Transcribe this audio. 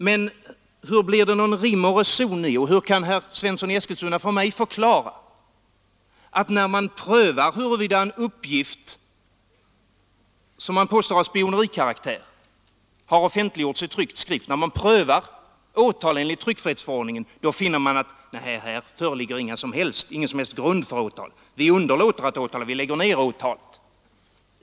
Men hur blir det någon rim och reson i och hur kan herr Svensson i Eskilstuna för mig förklara, att när man prövar åtal enligt tryckfrihetsförordningen i fråga om en uppgift, som man påstår är av spionerikaraktär och som har offentliggjorts i tryckt skrift, så finner man att här föreligger ingen som helst grund för åtal? Man underlåter att åtala, lägger ner åtalet.